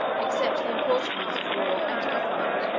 except the important ones of war and government.